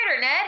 Ned